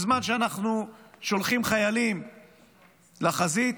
בזמן שאנחנו שולחים חיילים לחזית,